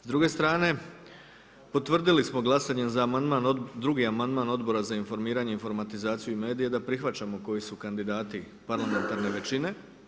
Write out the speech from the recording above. S druge strane potvrdili smo glasanjem za amandman, drugi amandman Odbora za informiranje, informatizaciju i medije da prihvaćamo koji su kandidati parlamentarne većine.